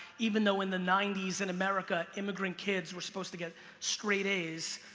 even though in the ninety s in america, immigrant kids were supposed to get straight as,